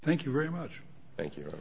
thank you very much thank you